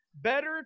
Better